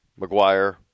McGuire